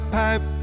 pipe